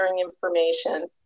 information